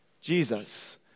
Jesus